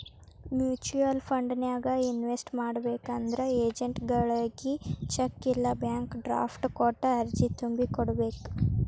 mutual ಫಂಡನ್ಯಾಗ invest ಮಾಡ್ಬೇಕಂದ್ರ ಏಜೆಂಟ್ಗಳಗಿ ಚೆಕ್ ಇಲ್ಲಾ ಬ್ಯಾಂಕ್ ಡ್ರಾಫ್ಟ್ ಕೊಟ್ಟ ಅರ್ಜಿ ತುಂಬಿ ಕೋಡ್ಬೇಕ್